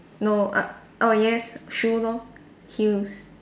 no err oh yes shoe lor heels